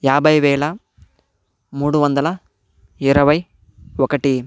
యాభై వేల మూడు వందల ఇరవై ఒకటి